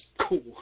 cool